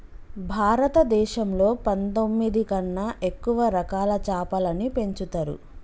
భారతదేశంలో పందొమ్మిది కన్నా ఎక్కువ రకాల చాపలని పెంచుతరు